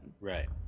right